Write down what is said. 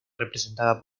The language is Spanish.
representada